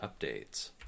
updates